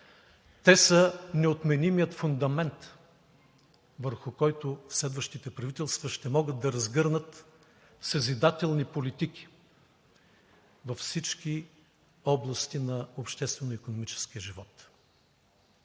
Те са неотменимият фундамент, върху който следващите правителства ще могат да разгърнат съзидателни политики във всички области на обществено-икономическия живот.